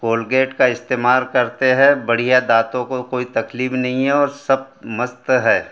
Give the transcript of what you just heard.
Colgate का इस्तेमार करते हैं बढ़िया दातों को कोई तकलीफ़ नहीं है और सब मस्त हैं